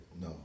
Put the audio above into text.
no